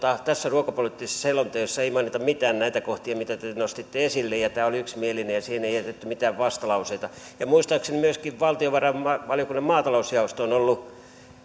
tässä ruokapoliittisessa selonteossa ei mainita mitään näitä kohtia mitä te nostitte esille ja tämä oli yksimielinen ja siihen ei jätetty mitään vastalauseita muistaakseni myöskin valtiovarainvaliokunnan maatalousjaosto on on ollut